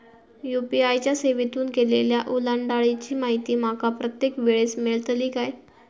UPI च्या सेवेतून केलेल्या ओलांडाळीची माहिती माका प्रत्येक वेळेस मेलतळी काय?